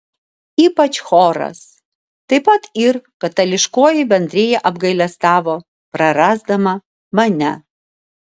ypač choras taip pat ir katalikiškoji bendrija apgailestavo prarasdama mane